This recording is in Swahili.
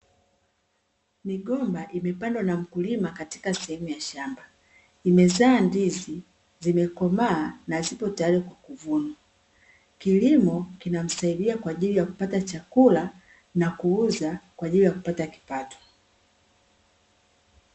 Migomba imepandwa na mkulima katika sehemu ya shamba. Imezaa ndizi na zimekomaa na zipo tayari kwa kuvunwa. Kilimo kinamsaidia kwa ajili ya kupata chakula na kuuza kwa ajili ya kupata kipato.